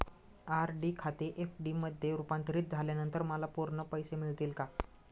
RD खाते FD मध्ये रुपांतरित झाल्यानंतर मला पूर्ण पैसे मिळतील का?